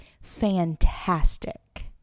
fantastic